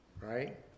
right